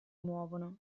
muovono